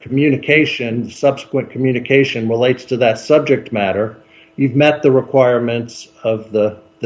communication and subsequent communication relates to that subject matter you've met the requirements of the t